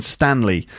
Stanley